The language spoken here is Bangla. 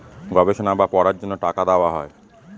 গবেষণা বা পড়ার জন্য টাকা দেওয়া হয়